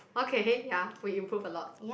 okay ya we improve a lot